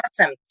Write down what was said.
awesome